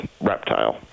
reptile